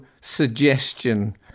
suggestion